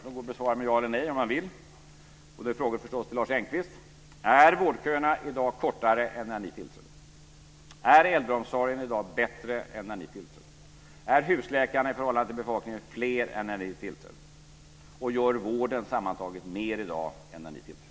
De går att besvara med ja eller nej, om man vill, och det är förstås frågor till Lars Engqvist: Är vårdköerna i dag kortare än när ni tillträdde? Är äldreomsorgen i dag bättre än när ni tillträdde? Är husläkarna i förhållande till befolkningen fler än när ni tillträdde? Och gör vården sammantaget mer i dag än när ni tillträdde?